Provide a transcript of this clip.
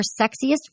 sexiest